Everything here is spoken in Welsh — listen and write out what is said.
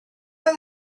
oedd